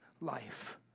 life